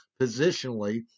positionally